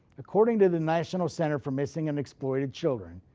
according to the national center for missing and exploited children,